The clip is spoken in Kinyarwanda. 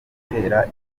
gutera